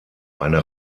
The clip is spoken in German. eine